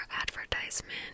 advertisement